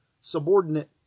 subordinate